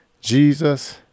jesus